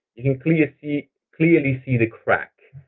you can clearly see clearly see the crack.